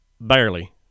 barely